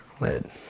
lid